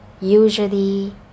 Usually